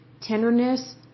tenderness